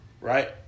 Right